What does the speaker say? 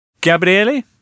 Gabriele